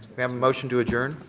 we have a motion to adjourn.